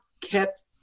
kept